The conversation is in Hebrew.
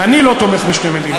אני לא תומך בשתי מדינות.